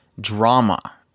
drama